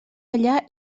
allà